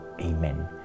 amen